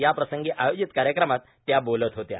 याप्रसंगी आयोजित कार्यक्रमात त्या बोलत होत्या